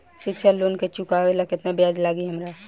शिक्षा लोन के चुकावेला केतना ब्याज लागि हमरा?